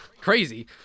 Crazy